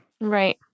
Right